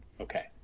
Okay